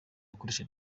gukorera